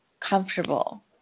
comfortable